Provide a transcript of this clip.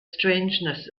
strangeness